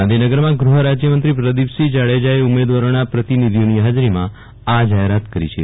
ગાંધીનગરમાં ગૃહરાજય મંત્રી પ્રદિપસિંહ જાડજાએ ઉમેદવારોના પ્રતિનિધિઓની હાજરીમાં આ જાહેરાત કરી છે